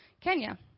Kenya